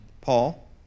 Paul